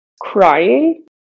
crying